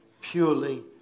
purely